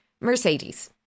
Mercedes